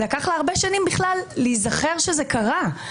לקח לה הרבה שנים בכלל להיזכר שזה קרה.